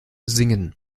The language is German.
singen